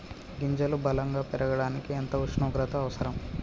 గింజలు బలం గా పెరగడానికి ఎంత ఉష్ణోగ్రత అవసరం?